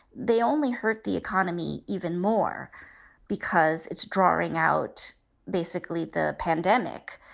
they only hurt the economy even more because it's drawing out basically the pandemic.